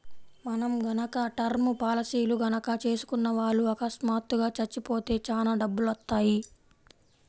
మనం గనక టర్మ్ పాలసీలు గనక చేసుకున్న వాళ్ళు అకస్మాత్తుగా చచ్చిపోతే చానా డబ్బులొత్తయ్యి